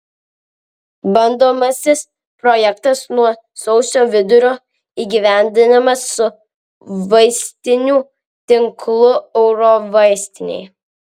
bandomasis projektas nuo sausio vidurio įgyvendinamas su vaistinių tinklu eurovaistinė